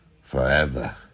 forever